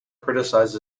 criticized